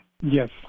Yes